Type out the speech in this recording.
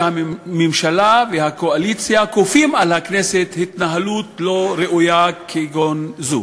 שהממשלה והקואליציה כופות על הכנסת התנהלות לא ראויה כגון זו.